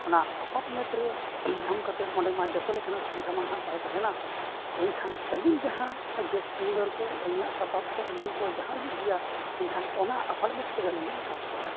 ᱚᱱᱟ ᱮᱯᱟᱨᱴᱢᱮᱱᱴ ᱨᱮ ᱧᱟᱢ ᱠᱟᱛᱮᱫ ᱚᱸᱰᱮ ᱢᱟ ᱡᱚᱛᱚ ᱞᱮᱠᱟᱱᱟᱜ ᱥᱩᱵᱤᱫᱷᱟ ᱢᱟ ᱦᱟᱸᱜ ᱵᱟᱭ ᱛᱟᱦᱮᱱᱟ ᱮᱱᱠᱷᱟᱱ ᱟᱹᱞᱤᱧ ᱡᱟᱦᱟᱸ ᱜᱮᱥ ᱥᱤᱞᱤᱱᱰᱟᱨ ᱠᱚ ᱟᱹᱞᱤᱧᱟᱜ ᱥᱟᱯᱟᱯ ᱠᱚ ᱮᱢᱟᱱ ᱠᱚ ᱡᱟᱦᱟᱸᱜᱮ ᱤᱫᱤᱭᱟ ᱮᱱᱠᱷᱟᱱ ᱚᱱᱟ ᱮᱯᱟᱨᱴᱢᱮᱱᱴ ᱛᱮ ᱟᱹᱞᱤᱧᱞᱤᱧ ᱴᱨᱟᱱᱥᱯᱷᱟᱨᱟ